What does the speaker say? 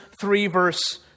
three-verse